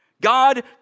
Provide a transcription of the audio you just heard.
God